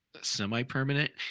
Semi-permanent